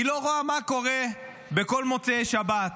היא לא רואה מה קורה בכל מוצאי שבת,